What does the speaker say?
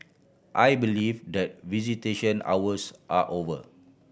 I believe that visitation hours are over